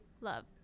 love